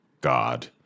God